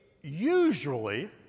usually